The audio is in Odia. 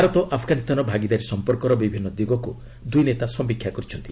ଭାରତ ଆଫଗାନୀସ୍ତାନ ଭାଗିଦାରୀ ସମ୍ପର୍କର ବିଭିନ୍ନ ଦିଗକୁ ଦୁଇ ନେତା ସମୀକ୍ଷା କରିଛନ୍ତି